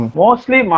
mostly